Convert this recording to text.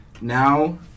Now